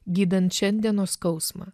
gydant šiandienos skausmą